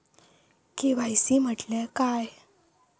KYC म्हटल्या काय?